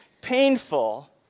painful